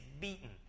beaten